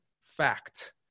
fact